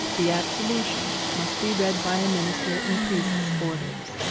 the absolution must be read by a minister in priest's orders.